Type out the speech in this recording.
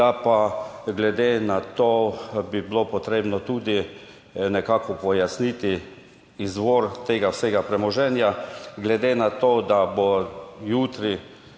Da glede na to bi bilo treba tudi pojasniti izvor tega vsega premoženja, glede na to, da bo jutri